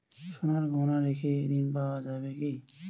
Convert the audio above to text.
সোনার গহনা রেখে ঋণ পাওয়া যাবে কি?